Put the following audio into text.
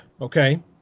okay